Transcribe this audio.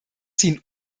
ziehen